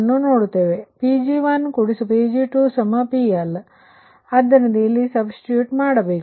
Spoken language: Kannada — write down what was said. ಆದ್ದರಿಂದ Pg1Pg2PL ಆದ್ದರಿಂದ ಇಲ್ಲಿ ಸಬ್ಸ್ಟಿಟ್ಯೂಟ್ ಮಾಡಿ